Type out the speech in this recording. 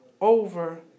over